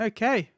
Okay